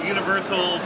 Universal